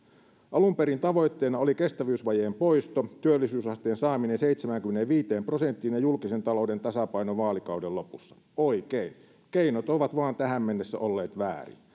alun perin tavoitteena oli kestävyysvajeen poisto työllisyysasteen saaminen seitsemäänkymmeneenviiteen prosenttiin ja julkisen talouden tasapaino vaalikauden lopussa oikein keinot vain ovat tähän mennessä olleet vääriä